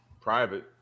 private